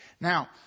Now